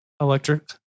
Electric